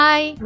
Bye